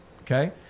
Okay